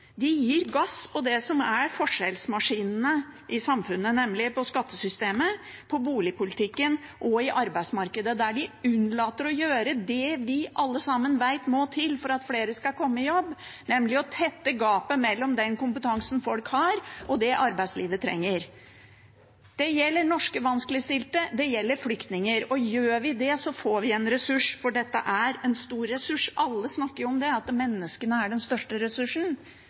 De gir gass på det som er forskjellsmaskinene i samfunnet, nemlig skattesystemet, boligpolitikken og arbeidsmarkedet. Der unnlater de å gjøre det vi alle sammen vet må til for at flere skal komme i jobb, nemlig å tette gapet mellom den kompetansen folk har, og det arbeidslivet trenger. Det gjelder norske vanskeligstilte, og det gjelder flyktninger. Gjør vi det, får vi en ressurs, for dette er en stor ressurs. Alle snakker jo om det, at menneskene er den største ressursen.